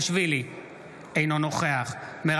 אינו נוכח סימון מושיאשוילי,